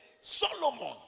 Solomon